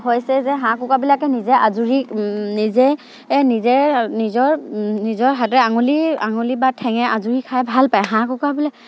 হৈছে যে হাঁহ কুকুৰাবিলাকে নিজে আজৰি নিজে নিজে নিজৰ নিজৰ হাতে আঙুলি আঙুলি বা ঠেঙে আজৰি খাই ভালপায় হাঁহ কুকুৰাবিলাকে